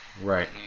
Right